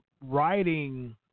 writing